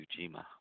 Ujima